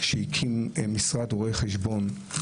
שהקים משרד רואי חשבון,